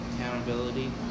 accountability